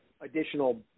additional